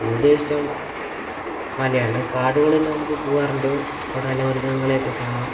കൂടുതൽ ഇഷ്ടം മലയാണ് കാടുകളിൽ നമുക്ക് പോവാറുണ്ട് അവിടെ നല്ല മൃഗങ്ങളെയൊക്കെ കാണാം